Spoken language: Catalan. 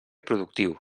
productiu